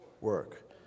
Work